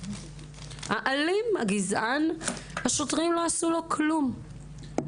האלים והגזען, השוטרים לא עשו כלום.